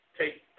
take